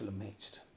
amazed